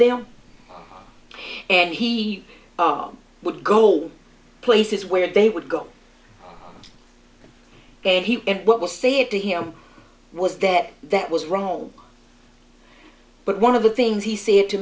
them and he are would go all places where they would go and he and what was said to him was that that was wrong but one of the things he said to